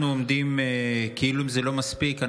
כאילו זה לא מספיק,